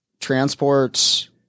transports